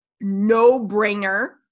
no-brainer